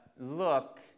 Look